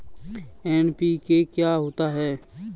NPK क्या होता है?